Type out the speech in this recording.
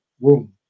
room